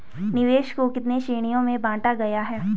निवेश को कितने श्रेणियों में बांटा गया है?